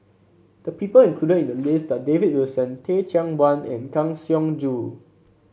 the people include in the list are David Wilson Teh Cheang Wan and Kang Siong Joo